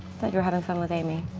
thought you were having fun with aimee.